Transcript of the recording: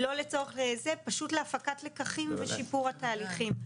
פשוט להפקת לקחים ושיפור התהליכים,